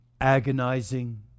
agonizing